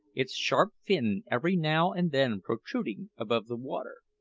its sharp fin every now and then protruding above the water.